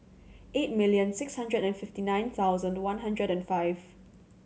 eight million six hundred and fifty nine thousand one hundred and five